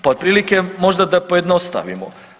Pa otprilike možda da pojednostavimo.